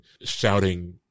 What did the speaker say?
shouting